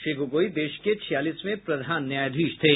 श्री गोगोई देश के छियालीसवें प्रधान न्यायाधीश थे